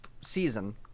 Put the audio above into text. season